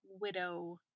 widow